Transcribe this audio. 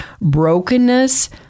brokenness